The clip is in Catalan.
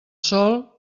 sol